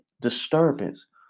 disturbance